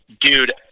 dude